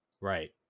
Right